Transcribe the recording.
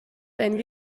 wenn